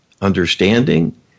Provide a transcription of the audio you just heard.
understanding